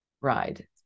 ride